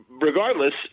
regardless